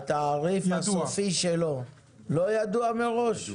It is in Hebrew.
התעריף הסופי שלו לא ידוע מראש?